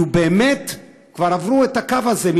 כי באמת עברו את הקו הזה.